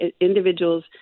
individuals